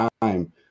time